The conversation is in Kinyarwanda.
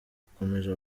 yakomeje